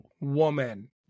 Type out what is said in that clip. woman